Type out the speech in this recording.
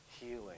healing